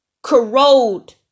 Corrode